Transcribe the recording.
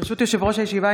ברשות יושב-ראש הישיבה,